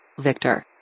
Victor